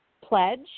pledge